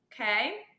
okay